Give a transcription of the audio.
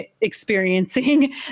experiencing